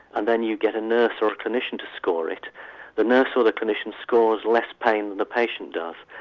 and then you get a nurse or clinician to score it the nurse or the clinician scores less pain than the patient does.